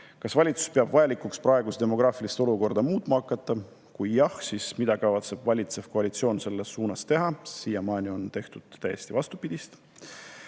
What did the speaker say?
Kas valitsus peab vajalikuks praegust demograafilist olukorda muutma hakata? Kui jah, siis mida kavatseb valitsev koalitsioon selleks teha? Siiamaani on tehtud täiesti vastupidist.